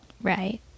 Right